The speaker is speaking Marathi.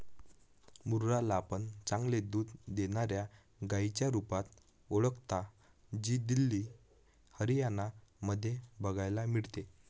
मुर्रा ला पण चांगले दूध देणाऱ्या गाईच्या रुपात ओळखता, जी दिल्ली, हरियाणा मध्ये बघायला मिळते